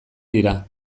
dira